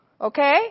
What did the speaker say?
Okay